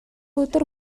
өдөр